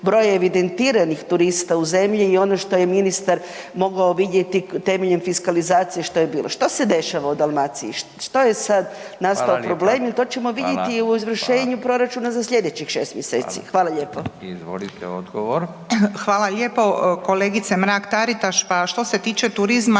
broja evidentiranih turista u zemlji i ono što je ministar mogao vidjeti temeljem fiskalizacije što je bilo. Što se dešava u Dalmaciji? Što je sad nastao problem jer to ćemo vidjeti i u izvršenju proračuna za slijedećih 6 mjeseci? Hvala lijepo. **Radin, Furio (Nezavisni)** Izvolite odgovor. **Juričev-Martinčev, Branka